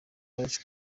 bridge